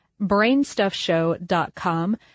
brainstuffshow.com